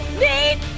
need